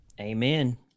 Amen